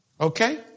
Okay